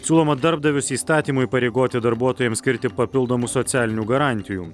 siūloma darbdavius įstatymu įpareigoti darbuotojams skirti papildomų socialinių garantijų